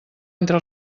entre